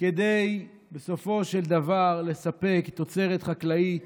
כדי בסופו של דבר לספק תוצרת חקלאית